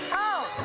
oh!